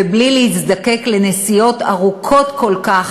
ובלי להזדקק לנסיעות ארוכות כל כך,